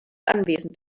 anwesend